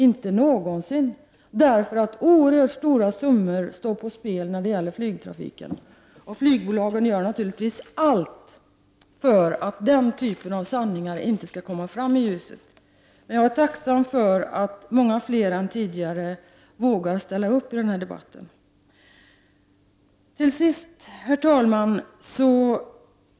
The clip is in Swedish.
Inte någonsin, därför att oerhört stora summor står på spel när det gäller flygtrafiken. Flygbolagen gör naturligtvis allt för att denna typ av sanningar inte skall komma fram i ljuset. Jag är emellertid tacksam för att många fler än tidigare vågar ställa upp i denna debatt. Herr talman!